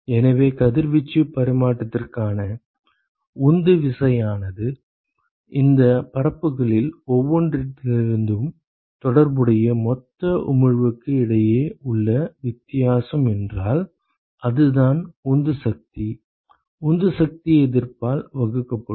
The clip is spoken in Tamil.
எனவே கதிர்வீச்சு பரிமாற்றத்திற்கான உந்துவிசையானது இந்த பரப்புகளில் ஒவ்வொன்றிலிருந்தும் தொடர்புடைய மொத்த உமிழ்வுக்கு இடையே உள்ள வித்தியாசம் என்றால் அதுதான் உந்து சக்தி உந்து சக்தி எதிர்ப்பால் வகுக்கப்படும்